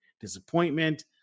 disappointment